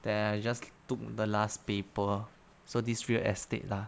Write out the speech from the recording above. then I just took the last paper so this real estate lah